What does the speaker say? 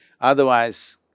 otherwise